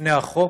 בפני החוק,